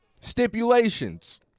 stipulations